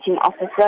officer